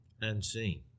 unseen